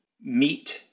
meet